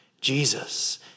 Jesus